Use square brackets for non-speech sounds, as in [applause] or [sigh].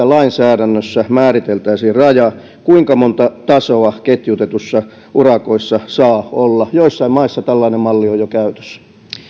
[unintelligible] lainsäädännössä määriteltäisiin raja kuinka monta tasoa ketjutetuissa urakoissa saa olla joissain maissa tällainen malli on jo käytössä